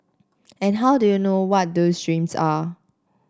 and how do you know what those dreams are